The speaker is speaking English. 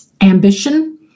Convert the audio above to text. ambition